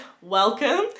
welcome